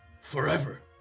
forever